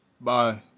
Bye